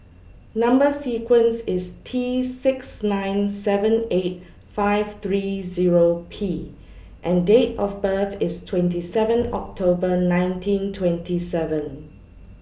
Number sequence IS T six nine seven eight five three Zero P and Date of birth IS twenty seven October nineteen twenty seven